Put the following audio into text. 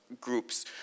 groups